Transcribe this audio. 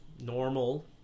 normal